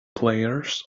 players